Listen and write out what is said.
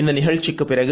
இந்தநிகழ்ச்சிக்குப் பிறகு